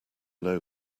low